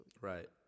right